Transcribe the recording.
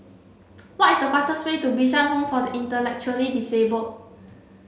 what is the fastest way to Bishan Home for the Intellectually Disabled